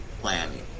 planning